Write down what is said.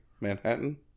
Manhattan